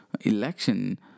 election